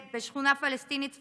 בשכונה פלסטינית צפופה,